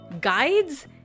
guides